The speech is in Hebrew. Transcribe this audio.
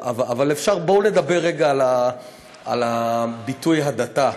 אבל אפשר, בואו נדבר רגע על הביטוי "הדתה"